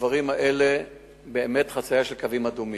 הדברים האלה הם חצייה של קווים אדומים.